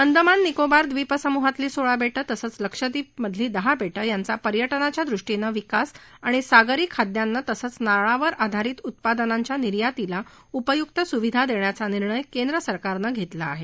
अंदमान निकोबार द्वीपसमूहातली सोळा बेटं तसंच लक्षद्वीप मधली दहा बेटं यांचा पर्यटनाच्या दृष्टीनं विकास आणि सागरी खाद्यांन्न तसंच नारळावर आधारित उत्पादनांच्या निर्यातीला उपयुक्त सुविधा देण्याचा निर्णय केंद्र सरकारनं घेतला आहे